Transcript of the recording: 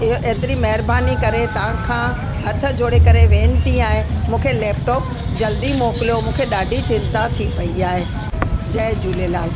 इहो एतिरी महिरबानी करे तव्हांखां हथ जोड़े करे वेनिती आहे मूंखे लेपटॉप जल्दी मोकिलियो मूंखे ॾाढी चिंता थी पई आहे जय झूलेलाल